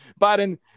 Biden